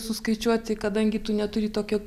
suskaičiuoti kadangi tu neturi tokio